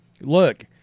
Look